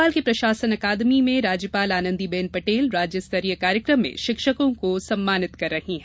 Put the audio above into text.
भोपाल के प्रशासन अकादमी में राज्यपाल आनंदीबेन पटेल राज्यस्तरीय कार्यक्रम में शिक्षकों को सम्मानित कर रही हैं